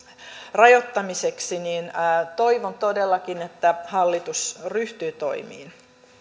rajoittamiseksi niin toivon todellakin että hallitus ryhtyy toimiin